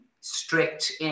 strict